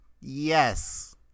Yes